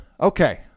Okay